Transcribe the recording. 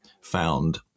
found